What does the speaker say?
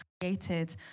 created